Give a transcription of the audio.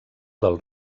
del